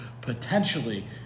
potentially